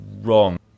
wrong